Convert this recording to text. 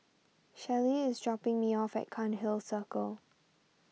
Shelly is dropping me off at Cairnhill Circle